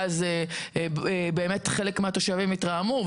ואז באמת חלק מהתושבים התרעמו,